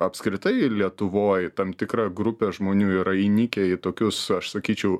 apskritai lietuvoj tam tikra grupė žmonių yra įnikę į tokius aš sakyčiau